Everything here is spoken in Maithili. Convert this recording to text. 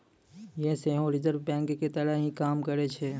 यें सेहो रिजर्व बैंको के तहत ही काम करै छै